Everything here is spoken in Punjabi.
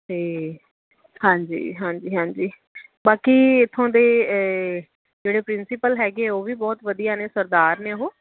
ਅਤੇ ਹਾਂਜੀ ਹਾਂਜੀ ਹਾਂਜੀ ਬਾਕੀ ਇਥੋਂ ਦੇ ਏ ਜਿਹੜੇ ਪ੍ਰਿੰਸੀਪਲ ਹੈਗੇ ਉਹ ਵੀ ਬਹੁਤ ਵਧੀਆ ਨੇ ਸਰਦਾਰ ਨੇ ਉਹ